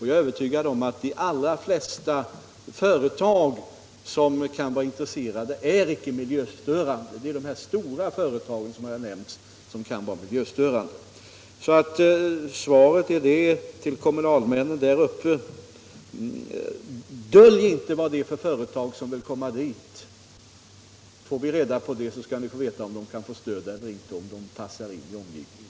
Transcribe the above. Jag är övertygad om att de allra flesta företag som kan vara intresserade icke är miljöstörande. Det är de stora företagen som här har nämnts, som kan vara miljöstörande. Svaret till kommunalmännen är: Dölj inte vad det är för företag som vill komma dit! Får vi reda på det, så skall ni få veta om de kan få stöd eller inte — om de passar in i omgivningen.